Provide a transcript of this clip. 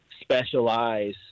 specialize